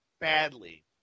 badly